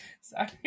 Sorry